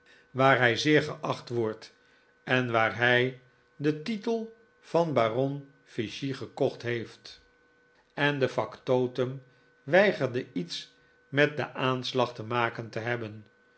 waar hij zeer geacht wordt en waar hij den titel van baron ficci gekocht heeft en de factotum weigerde iets met den aanslag te maken te hebben